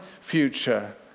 future